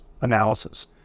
analysis